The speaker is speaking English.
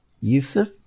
yusuf